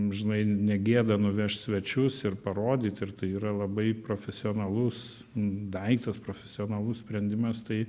amžinai negėda nuvežt svečius ir parodyt ir tai yra labai profesionalus daiktas profesionalus sprendimas tai